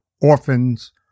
orphans